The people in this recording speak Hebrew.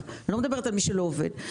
אני לא מדברת על מי שלא עובד.